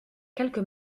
quelque